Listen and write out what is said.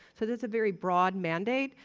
so that's a very broad mandate,